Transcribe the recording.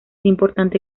importante